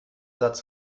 satz